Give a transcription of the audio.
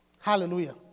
Hallelujah